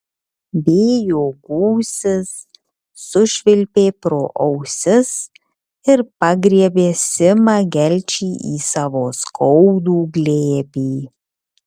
vėjo gūsis sušvilpė pro ausis ir pagriebė simą gelčį į savo skaudų glėbį